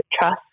trust